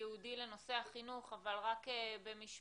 ייעודי לנושא החינוך אבל רק במשפט,